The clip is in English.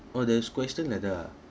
oh there's question like that ah